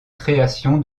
création